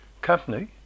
company